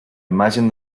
imagined